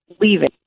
leaving